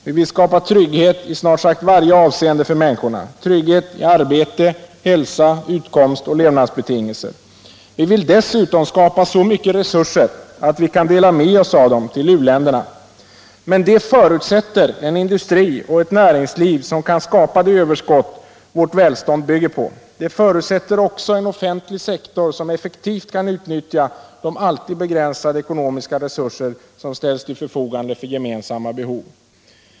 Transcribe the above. Vi vill skapa trygghet för människorna i snart sagt varje avseende — trygghet för arbete, hälsa, utkomst och levnadsbetingelser. Vi vill dessutom skapa så mycket resurser att vi kan dela med oss av dem till u-länderna. Men det förutsätter en industri och ett näringsliv som kan skapa det överskott vårt välstånd bygger på. Det förutsätter också en offentlig sektor som effektivt kan utnyttja de alltid begränsade ekonomiska resurser som ställs till förfogande för gemensamma behov.